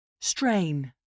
Strain